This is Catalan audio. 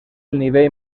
nivell